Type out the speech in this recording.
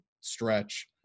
stretch